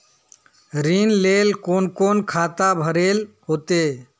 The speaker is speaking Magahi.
ऋण लेल कोन कोन खाता भरेले होते?